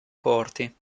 corti